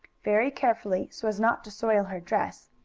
very carefully, so as not to soil her dress,